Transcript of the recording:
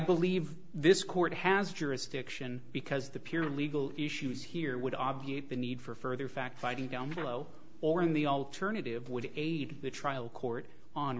believe this court has jurisdiction because the pure legal issues here would obviate the need for further fact fighting on the low or in the alternative would aid the trial court on